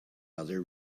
other